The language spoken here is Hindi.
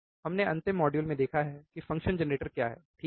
हमने अंतिम मॉड्यूल में देखा है कि फ़ंक्शन जेनरेटर क्या है ठीक है